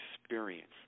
experience